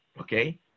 Okay